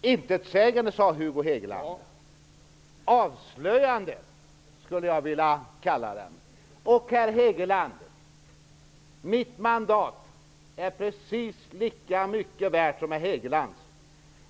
Herr talman! Intetsägande, sade Hugo Hegeland! Avslöjande, skulle jag vilja kalla den. Och, herr Hegeland, mitt mandat är precis lika mycket värt som herr Hegelands.